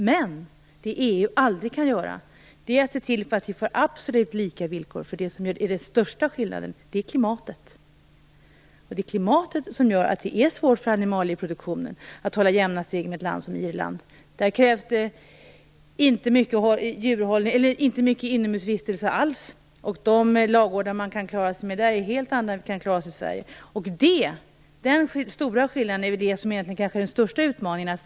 Men det EU aldrig kan göra är att se till att vi får absolut lika villkor. Det som är den största skillnaden är klimatet. Det gör att det är svårt för vårt lands animalieproduktion att hålla jämna steg med ett land som Irland. Där krävs det inte mycket inomhusvistelse för djuren. De ladugårdar man kan klara sig med där är helt annorlunda än i Denna stora skillnad är egentligen den största utmaningen.